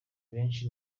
benshi